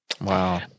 Wow